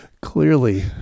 Clearly